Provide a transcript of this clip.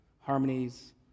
harmonies